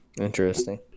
Interesting